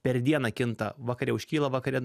per dieną kinta vakare užkyla vakare